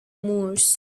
moors